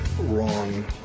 wrong